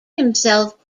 himself